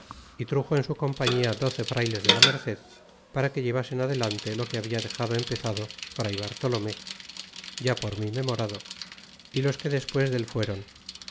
é truxo en su compañía doce frayles de la merced para que llevasen adelante lo que habia dexado empezado fray bartolomé ya por mí memorado y los que despues del fuéron